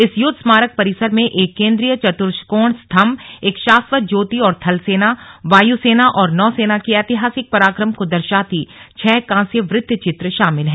इस युद्ध स्मारक परिसर में एक केन्द्रीय चतुर्षकोण स्तंभ एक शाश्वत ज्योति और थल सेना वायु सेना और नौसेना की ऐतिहासिक पराक्रम को दर्शाती छह कांस्य वृतचित्र शामिल हैं